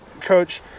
coach